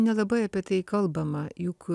nelabai apie tai kalbama juk